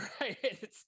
right